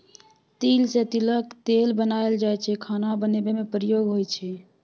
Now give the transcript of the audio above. तिल सँ तिलक तेल बनाएल जाइ छै खाना बनेबा मे प्रयोग होइ छै